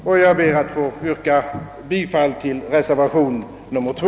Jag ber att få yrka bifall till reservation nr 2.